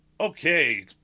Okay